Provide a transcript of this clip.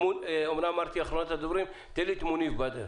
מוניב בדר